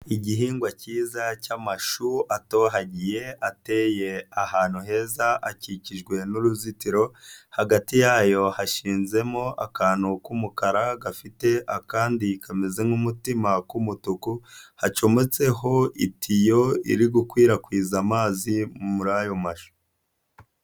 Igihingwa cyiza cy'amashu atohagiye, ateye ahantu heza akikijwe n'uruzitiro, hagati yayo hashizemo akantu k'umukara gafite akandi kameze nk'umutima k'umutuku, hacometseho itiyo iri gukwirakwiza amazi muriyo mashu.